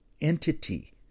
entity